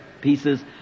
pieces